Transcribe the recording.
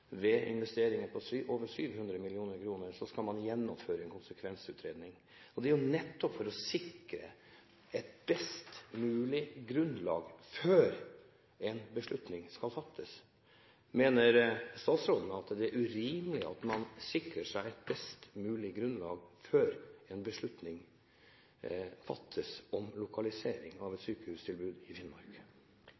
er jo nettopp for å sikre et best mulig grunnlag før en beslutning skal fattes. Mener statsråden det er urimelig at man sikrer seg et best mulig grunnlag før en beslutning fattes om lokalisering av et